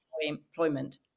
employment